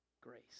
Grace